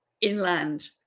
inland